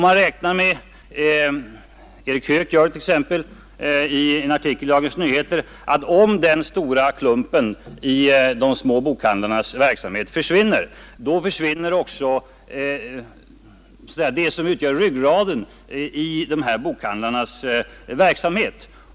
Man räknar med — Erik Höök gör det t.ex. i en artikel i Dagens Nyheter — att om denna stora klump i de små bokhandlarnas verksamhet försvinner, då försvinner också det som utgör ryggraden i dessa bokhandlares verksamhet.